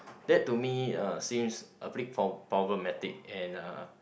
that to me uh seems a bit pro~ problematic and uh